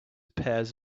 pairs